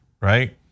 right